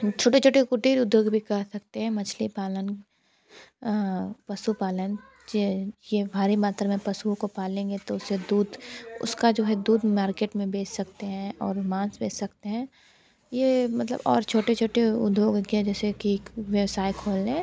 छोटे छोटे कुटीर उद्योग भी कर सकते हैं मछली पालन पशुपालन ये भारी मात्रा में पशुओं को पालेंगे तो उसे दूध उसका जो है दूध मार्केट में बेच सकते हैं और मांस बेच सकते हैं ये मतलब और छोटे छोटे उधोग के जैसे कि एक व्यवसाय खोल लें